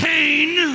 Kane